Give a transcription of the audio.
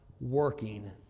working